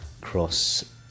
cross